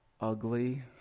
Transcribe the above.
ugly